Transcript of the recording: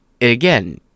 again